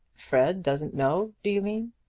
fred doesn't know, do you mean?